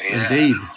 indeed